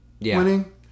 winning